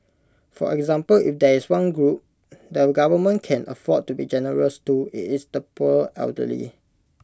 for example if there is one group the government can afford to be generous to IT is the poor elderly